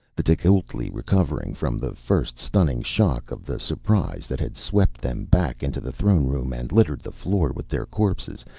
the tecuhltli, recovering from the first stunning shock of the surprise that had swept them back into the throne room and littered the floor with their corpses,